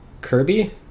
Kirby